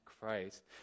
Christ